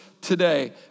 today